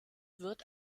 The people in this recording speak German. wird